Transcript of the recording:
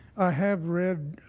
i have read